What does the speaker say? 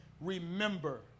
remember